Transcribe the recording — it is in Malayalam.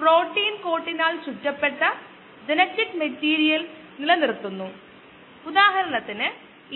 പ്രത്യേകിച്ചും ഈ കോഴ്സിന്റെ പശ്ചാത്തലത്തിൽ